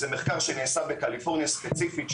זה מחקר שנעשה בקליפורניה ספציפית,